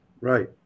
Right